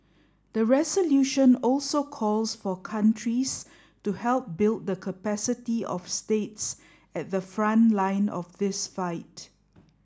the resolution also calls for countries to help build the capacity of states at the front line of this fight